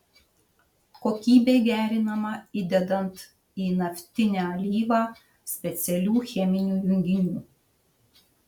kokybė gerinama įdedant į naftinę alyvą specialių cheminių junginių